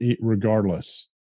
regardless